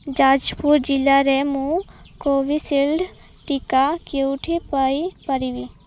ଯାଜପୁର ଜିଲ୍ଲାରେ ମୁଁ କୋଭିଶିଲ୍ଡ ଟିକା କେଉଁଠି ପାଇପାରିବି